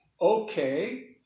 Okay